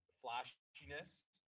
flashiness